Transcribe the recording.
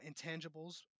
intangibles